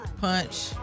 Punch